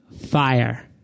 FIRE